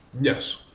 Yes